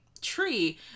tree